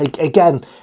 again